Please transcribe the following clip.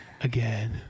again